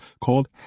called